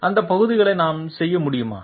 அந்த பகுதிகளை நாம் செய்ய முடியுமா